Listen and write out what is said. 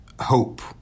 hope